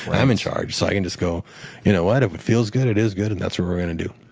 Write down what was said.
i'm in charge so i can just go you know what, if it feels good, it is good, and that's what we're going to do.